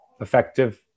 effective